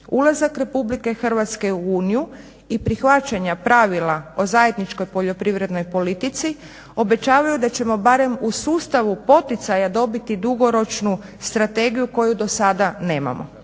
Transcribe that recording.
Ulazak Republike Hrvatske u Uniju i prihvaćanja pravila o zajedničkoj poljoprivrednoj politici obećavaju da ćemo barem u sustavu poticaja dobiti dugoročnu strategiju koju do sada nemamo.